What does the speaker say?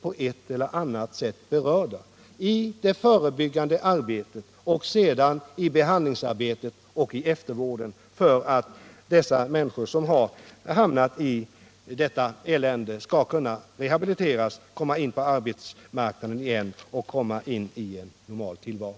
På ett eller annat sätt är de alla berörda i det förebyggande arbetet, i behandlingsarbetet och i eftervården för att de människor som har hamnat i detta elände skall kunna rehabiliteras, gå in på arbetsmarknaden igen och komma in i en normal tillvaro.